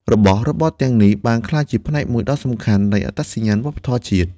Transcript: របស់របរទាំងនេះបានក្លាយជាផ្នែកមួយដ៏សំខាន់នៃអត្តសញ្ញាណវប្បធម៌ជាតិ។